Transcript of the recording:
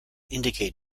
indicate